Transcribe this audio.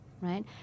right